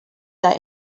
that